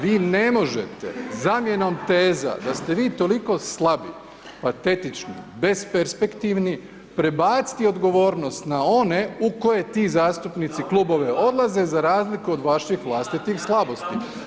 Vi ne možete zamjenom teza da ste vi toliko slabi, patetični, besperspektivni prebaciti odgovornost na one u koje ti zastupnici klubove odlaze za razliku od vaših vlastitih slabosti.